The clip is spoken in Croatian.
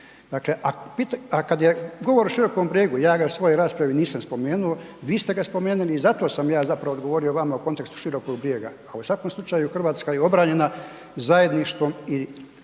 Dakle, a kad je govor o Širokom Brijegu ja ga u svojoj raspravi nisam spomenuo, vi ste ga spomenuli i zato sam ja zapravo odgovorio vama u kontekstu Širokog Brijega, a u svakom slučaju Hrvatska je obranjena zajedništvom i